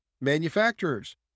manufacturers